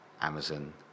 Amazon